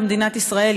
במדינת ישראל,